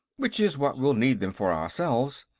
which is what we'll need them for ourselves.